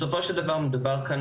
בסופו של דבר מדובר כאן